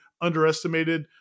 underestimated